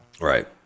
Right